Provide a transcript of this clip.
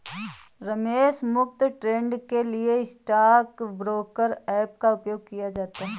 रमेश मुफ्त ट्रेड के लिए स्टॉक ब्रोकर ऐप का उपयोग करता है